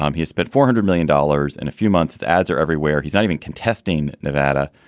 um he spent four hundred million dollars in a few months. the ads are everywhere. he's not even contesting nevada.